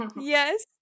Yes